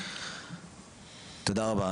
תודה רבה.